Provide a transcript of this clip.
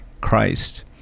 Christ